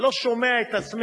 אני לא שומע את עצמי.